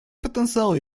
потенциал